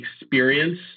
experience